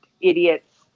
idiots